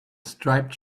striped